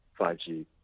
5G